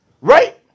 Right